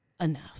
enough